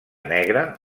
negra